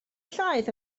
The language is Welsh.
llaeth